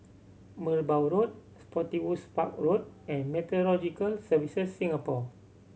Merbau Road Spottiswoode Park Road and Meteorological Services Singapore